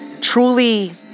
truly